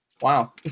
wow